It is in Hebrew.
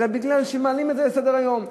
אלא בגלל שמעלים את זה לסדר-היום.